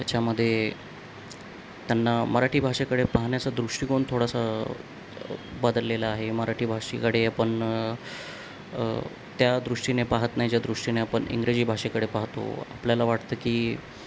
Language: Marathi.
त्याच्यामध्ये त्यांना मराठी भाषेकडे पाहण्याचा दृष्टिकोन थोडासा बदललेला आहे मराठी भाषेकडे आपण त्या दृष्टीने पाहत नाही ज्या दृष्टीने आपण इंग्रजी भाषेकडे पाहतो आपल्याला वाटतं की